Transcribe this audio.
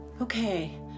Okay